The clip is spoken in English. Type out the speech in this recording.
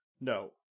No